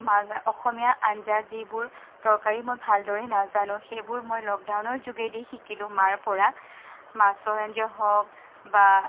অসমীয়া আঞ্জা যিবোৰ তৰকাৰি মই ভালদৰে নাজানো সেইবোৰ মই লকডাউনৰ যোগেদি শিকিলোঁ মাৰ পৰা মাছৰ আঞ্জা হওক বা